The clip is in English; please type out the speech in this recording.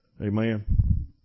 Amen